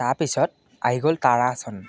তাৰপিছত আহি গ'ল তাৰাসন